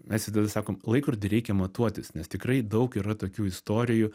mes visada sakom laikrodį reikia matuotis nes tikrai daug yra tokių istorijų